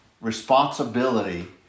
responsibility